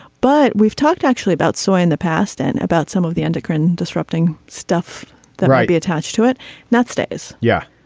but we've talked actually about soy in the past and about some of the endocrine disrupting stuff that might be attached to it that stays. yeah.